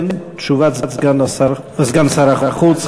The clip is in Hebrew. תשובת סגן שר החוץ,